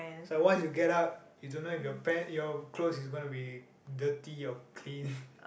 so once you get out you don't know if your pants your clothes is going to be dirty or clean